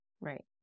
Right